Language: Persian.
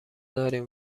داریم